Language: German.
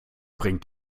bringt